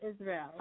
Israel